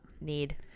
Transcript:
Need